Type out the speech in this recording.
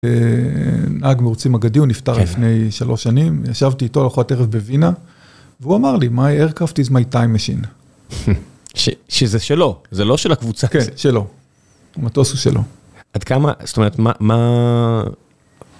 נהג מרוצים אגדי, הוא נפטר לפני שלוש שנים, ישבתי איתו לארוחת ערב בווינה, והוא אמר לי, "my aircraft is my time machine". שזה שלו, זה לא של הקבוצה. כן, שלו. המטוס הוא שלו. עד כמה, זאת אומרת, מה, מה...